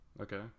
okay